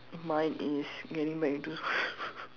mine is getting back into